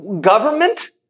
Government